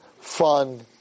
fun